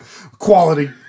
Quality